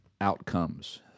outcomes